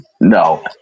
no